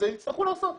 ויצטרכו לעשות את זה.